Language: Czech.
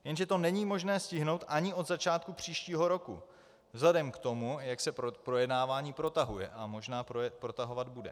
Jenže to není možné stihnout ani od začátku příštího roku vzhledem k tomu, jak se projednávání protahuje a možná protahovat bude.